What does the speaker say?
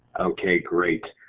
okay, great.